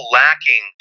lacking